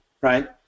right